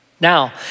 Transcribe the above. Now